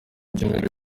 byumweru